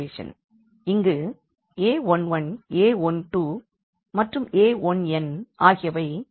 இங்கு a11 a12 and a1n ஆகியவை coefficients ஆகும்